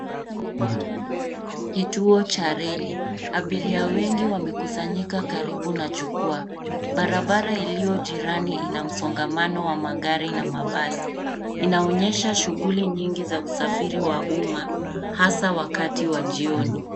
Kituo cha reli. Abiria wengi wamekusanyika karibu na jukwa. Barabara iliyo jirani ina msongamano wa magari na mabasi. Inaonyesha shughuli nyingi za usafiri wa umma hasa wakati wa jioni.